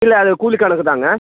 இல்லை அது கூலி கணக்குதாங்க